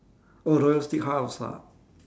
oh royal steakhouse ah